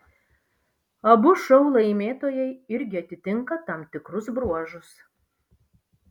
abu šou laimėtojai irgi atitinka tam tikrus bruožus